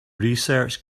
research